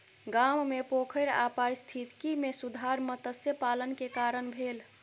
गाम मे पोखैर आ पारिस्थितिकी मे सुधार मत्स्य पालन के कारण भेल